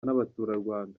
n’abaturarwanda